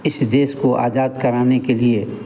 इस देश को आज़ाद कराने के लिए